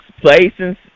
places